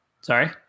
Sorry